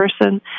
person